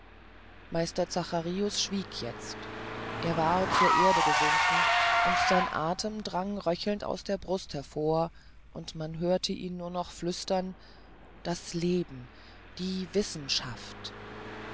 meister zacharius schwieg letzt er war zur erde gesunken sein athem drang röchelnd aus der brust hervor und man hörte ihn nur noch flüstern das leben die wissenschaft